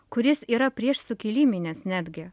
kuris yra prieš sukiliminis netgi